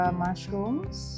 mushrooms